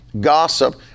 gossip